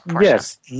Yes